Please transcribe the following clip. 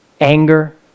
Anger